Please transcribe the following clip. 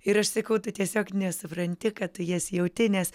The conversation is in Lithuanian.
ir aš sakau tai tiesiog nesupranti kad tu jas jauti nes